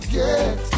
get